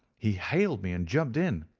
he hailed me and jumped in.